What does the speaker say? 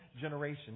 generation